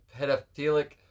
pedophilic